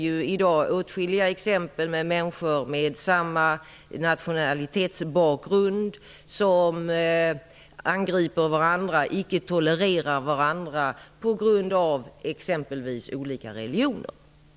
Vi ser i dag åtskilliga exempel där människor med samma nationalitetsbakgrund angriper varandra, icke tolererar varandra på grund av, för att ta ett exempel, olika religioner.